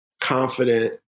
confident